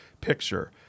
picture